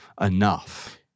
enough